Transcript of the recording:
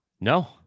No